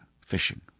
fishing